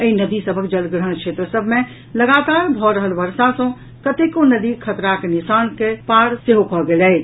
एहि नदी सभक जलग्रहण क्षेत्र सभ मे लगातार भऽ रहल वर्षा सँ कतेको नदी खतराक निशान के पार सेहो कऽ गेल अछि